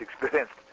experienced